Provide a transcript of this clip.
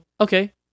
okay